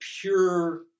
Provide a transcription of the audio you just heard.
pure